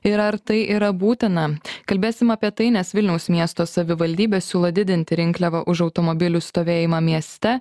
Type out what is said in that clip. ir ar tai yra būtina kalbėsim apie tai nes vilniaus miesto savivaldybė siūlo didinti rinkliavą už automobilių stovėjimą mieste